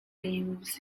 games